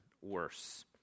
worse